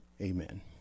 amen